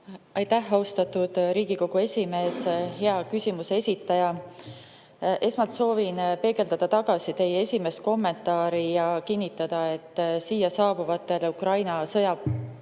Aitäh, austatud Riigikogu esimees! Hea küsimuse esitaja! Esmalt soovin peegeldada tagasi teie esimest kommentaari ja kinnitada, et siia saabuvatele Ukraina sõjapõgenikele